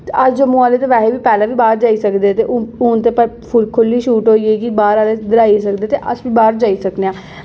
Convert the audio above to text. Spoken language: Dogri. ते अस जम्मू आह्ले ते बैसे पैह्लें बी बाहंर जाई सकदे हे ते हून ते प भलेआं खु'ल्ली छूट होई गेई कि बाह्र आह्ले इद्धर आई सकदे ते अस बी बाह्र जाई सकने आं